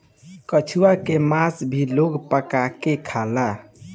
कछुआ के मास भी लोग पका के खाला